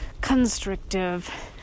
constrictive